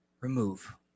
remove